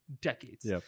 decades